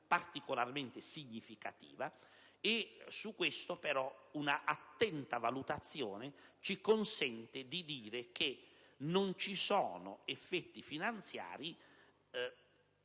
particolarmente significativa. Al riguardo, però, un'attenta valutazione ci consente di dire che non ci sono effetti finanziari,